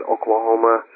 Oklahoma